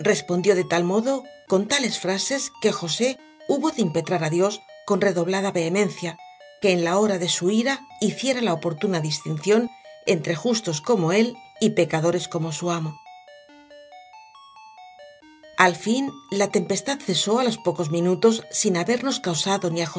respondió de tal modo y con tales frases que josé hubo de impetrar a dios con redoblada vehemencia que en la hora de su ira hiciera la oportuna distinción entre justos como él y pecadores como su amo en fin la tempestad cesó a los pocos minutos sin habernos causado ni